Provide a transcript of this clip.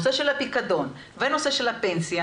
בנושא הפיקדון ונושא הפנסיה,